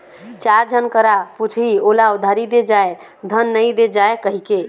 चार झन करा पुछही ओला उधारी दे जाय धन नइ दे जाय कहिके